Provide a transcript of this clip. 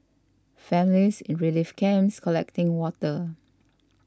families in relief camps collecting water